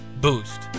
boost